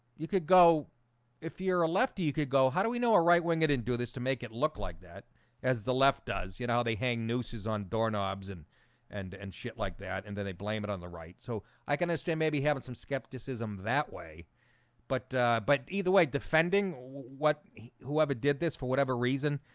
you could go if you're a lefty you could go how do we know a right wing it and do this to make it look like that as the left does you know they hang noses on doorknobs and and and shit like that and then they blame it on the right so i can understand maybe having some skepticism that way but but either way defending what whoever did this for whatever reason?